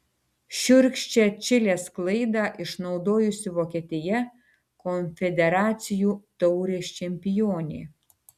šiurkščią čilės klaidą išnaudojusi vokietija konfederacijų taurės čempionė